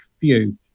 view